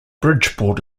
bridgeport